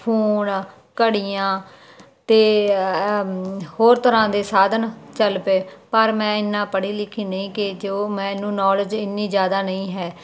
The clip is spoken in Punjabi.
ਫੋਨ ਘੜੀਆਂ ਤੇ ਹੋਰ ਤਰ੍ਹਾਂ ਦੇ ਸਾਧਨ ਚੱਲ ਪਏ ਪਰ ਮੈਂ ਇੰਨਾ ਪੜੀ ਲਿਖੀ ਨਹੀਂ ਕਿ ਉਹ ਮੈਨੂੰ ਨੋਲੇਜ ਇੰਨੀ ਜੀਆਦਾ ਨਹੀਂ ਹੈ